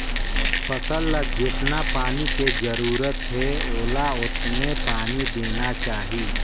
फसल ल जेतना पानी के जरूरत हे ओला ओतने पानी देना चाही